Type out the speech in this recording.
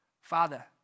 Father